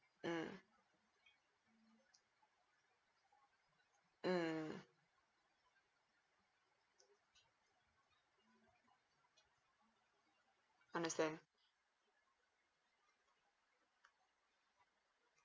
mm mm understand